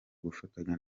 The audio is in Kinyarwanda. gufatanya